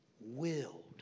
willed